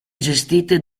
gestite